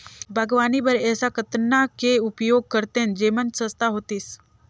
बागवानी बर ऐसा कतना के उपयोग करतेन जेमन सस्ता होतीस?